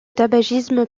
tabagisme